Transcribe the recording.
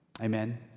amen